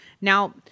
Now